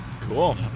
Cool